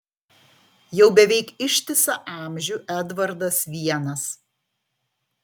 jau beveik ištisą amžių edvardas vienas